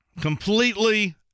completely